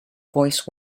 voice